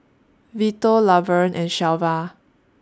Vito Laverne and Shelva